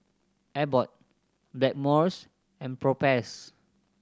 Abbott Blackmores and Propass